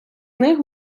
них